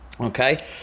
okay